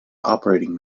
operating